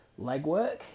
legwork